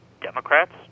Democrats